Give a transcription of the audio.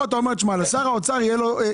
כאן אתה אומר שלשר האוצר תהיה האפשרות